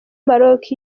maroc